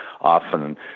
often